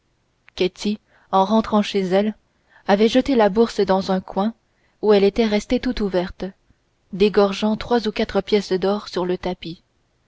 en rentrant chez elle avait jeté la bourse dans un coin où elle était restée tout ouverte dégorgeant trois ou quatre pièces d'or sur le tapis